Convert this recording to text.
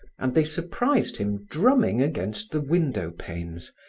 and they surprised him drumming against the window panes,